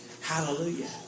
Hallelujah